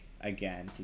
again